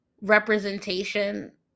representation